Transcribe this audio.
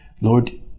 Lord